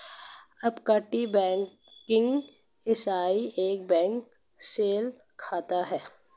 अपतटीय बैंकिंग इकाई एक बैंक शेल शाखा है